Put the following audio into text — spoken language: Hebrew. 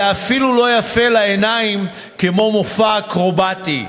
זה אפילו לא יפה לעיניים כמו מופע אקרובטי,